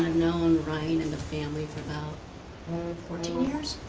known ryan and the family for about fourteen years,